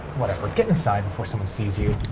whatever. get inside before someone sees you.